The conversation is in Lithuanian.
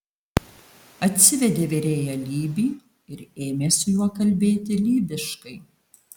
atsivedė virėją lybį ir ėmė su juo kalbėti lybiškai